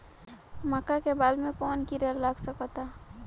मका के बाल में कवन किड़ा लाग सकता?